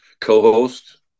co-host